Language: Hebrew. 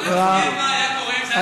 זה לא יכול להיות.